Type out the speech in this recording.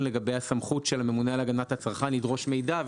לגבי הסמכות של הממונה על הגנת הצרכן לדרוש מידע,